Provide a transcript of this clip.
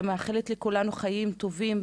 ואני מאחלת לכולנו חיים טובים,